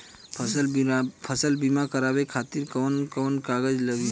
फसल बीमा करावे खातिर कवन कवन कागज लगी?